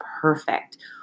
perfect